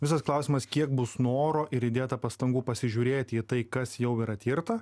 visas klausimas kiek bus noro ir įdėta pastangų pasižiūrėti į tai kas jau yra tirta